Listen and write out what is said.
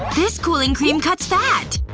this cooling cream cuts fat.